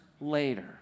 later